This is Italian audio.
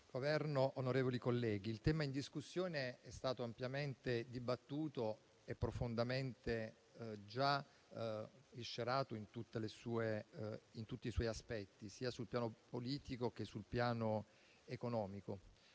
Governo, onorevoli colleghi, il tema in discussione è stato ampiamente dibattuto e profondamente già sviscerato in tutti i suoi aspetti, sia sul piano politico che sul piano economico.